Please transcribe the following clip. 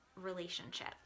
relationship